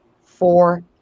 four